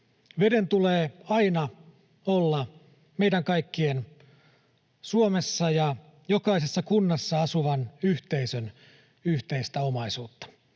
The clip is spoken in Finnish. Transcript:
Veden tulee aina olla meidän kaikkien Suomessa ja jokaisessa kunnassa asuvan yhteistä omaisuutta.